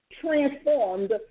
transformed